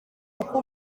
uko